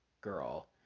girl